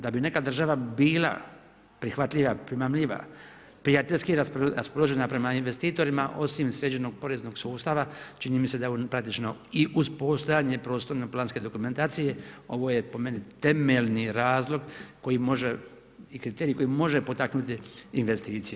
Da bi neka država bila prihvatljivija, primamljiva, prijateljski raspoložena prema investitorima, osim sređenog poreznog sustava, čini mi se da je ovo praktično i uz postojanje prostorno planske dokumentacije, ovo je po meni temeljni razlog i kriterij koji može potaknuti investicije.